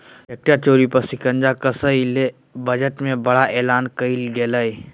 tax चोरी पर शिकंजा कसय ले बजट में बड़ा एलान कइल गेलय